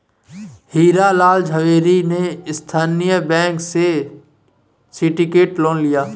हीरा लाल झावेरी ने स्थानीय बैंकों से सिंडिकेट लोन लिया